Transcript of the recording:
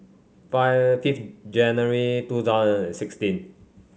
fire fifth January two thousand and sixteen